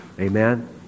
Amen